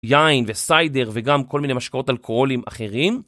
יין וסיידר וגם כל מיני משקאות אלכוהולים אחרים.